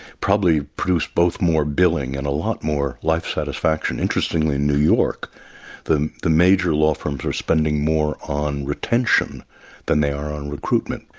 probably produce both more billing and a lot more life satisfaction. interestingly in new york the the major law firms are spending more on retention than they are on recruitment.